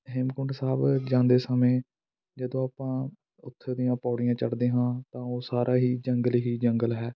ਹੇਮਕੁੰਟ ਸਾਹਿਬ ਜਾਂਦੇ ਸਮੇਂ ਜਦੋਂ ਆਪਾਂ ਉੱਥੇ ਦੀਆਂ ਪੌੜੀਆਂ ਚੜਦੇ ਹਾਂ ਤਾਂ ਉਹ ਸਾਰਾ ਹੀ ਜੰਗਲ ਹੀ ਜੰਗਲ ਹੈ